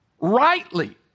rightly